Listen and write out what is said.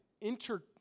inter